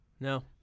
No